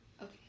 Okay